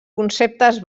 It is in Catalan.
conceptes